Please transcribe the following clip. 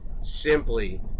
simply